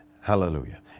Hallelujah